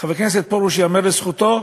חבר הכנסת פרוש, ייאמר לזכותו,